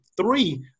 Three